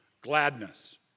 gladness